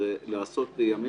לעשות ימים